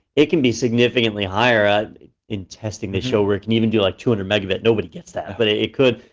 it can be significantly higher. ah in testing, they show where it can even do like two hundred megabit. nobody gets that. but it it could.